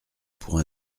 pour